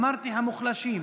אמרתי "המוחלשים".